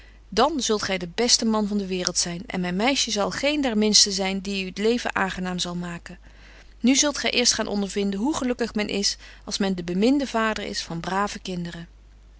dan zult gy de beste man van de waereld zyn en myn meisje zal geen der minsten zyn die u t leven aangenaam zal maken nu zult gy eerst gaan ondervinden hoe gelukkig men is als men de beminde vader is van brave kinderen